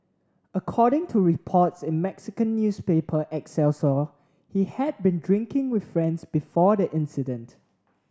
according to reports in Mexican newspaper Excelsior he had been drinking with friends before the incident